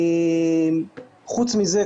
חוץ מזה,